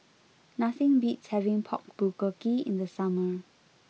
nothing beats having Pork Bulgogi in the summer